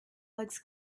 legs